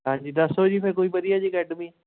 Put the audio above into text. ਹਾਂਜੀ ਦੱਸੋ ਜੀ ਫਿਰ ਕੋਈ ਵਧੀਆ ਜੀ ਅਕੈਡਮੀ